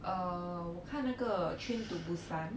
uh 我看那个 train to busan